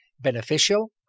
beneficial